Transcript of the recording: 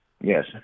Yes